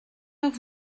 heure